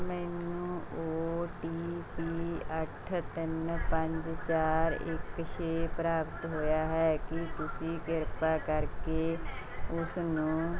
ਮੈਨੂੰ O T P ਅੱਠ ਤਿੰਨ ਪੰਜ ਚਾਰ ਇੱਕ ਛੇ ਪ੍ਰਾਪਤ ਹੋਇਆ ਹੈ ਕੀ ਤੁਸੀਂ ਕਿਰਪਾ ਕਰਕੇ ਉਸ ਨੂੰ